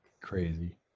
Crazy